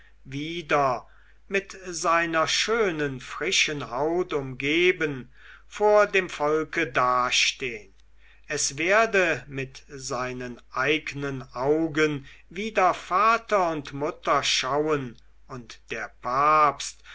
wieder mit seiner schönen frischen haut umgeben vor dem volke dastehn es werde mit seinen eignen augen wieder vater und mutter schauen und der papst